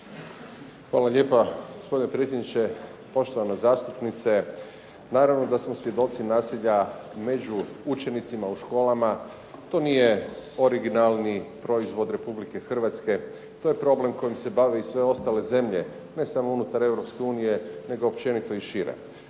Hvala lijepa gospodine predsjedniče. Poštovana zastupnice, naravno da smo svjedoci nasilja među učenicima u školama, to nije originalni proizvod RH, to je problem kojim se bave i sve ostale zemlje ne samo unutar EU nego općenito i šire.